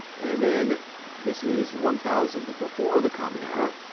and then this is one thousand before the common era,